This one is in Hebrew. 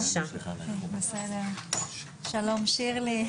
שלום שירלי,